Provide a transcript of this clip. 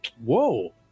Whoa